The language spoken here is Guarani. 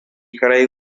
karai